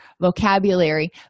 vocabulary